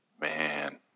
man